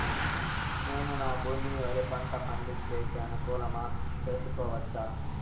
నేను నా భూమిని వరి పంట పండించేకి అనుకూలమా చేసుకోవచ్చా?